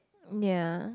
ya